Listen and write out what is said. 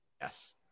yes